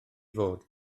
fod